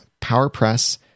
PowerPress